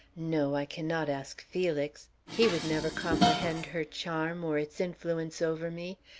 no, i cannot ask felix. he would never comprehend her charm or its influence over me.